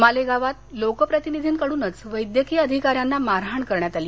मालेगावात लोकप्रतिनिधींकडूनच वैद्यकीय अधिकाऱ्यांना मारहाण करण्यात आली